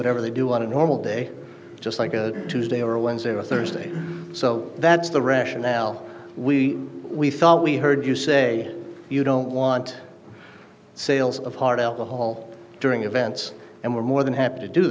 whatever they do on a normal day just like a tuesday or wednesday or thursday so that's the rationale we we thought we heard you say you don't want sales of hard alcohol during events and we're more than happy to do